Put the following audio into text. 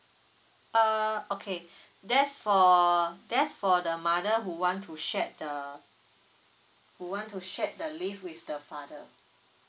err okay that's for that's for the mother who want to shared the who want to shared the leave with the father